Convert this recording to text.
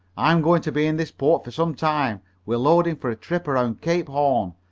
i'm going to be in this port for some time. we're loading for a trip around cape horn,